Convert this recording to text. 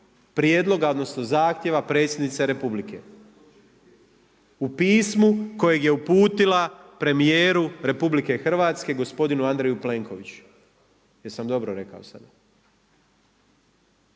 prijedloga, odnosno zahtjeva Predsjednice Republike u pismu kojeg je uputila premijeru RH gospodinu Andreju Plenkoviću. Jesam dobro rekao sada?